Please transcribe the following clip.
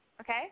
Okay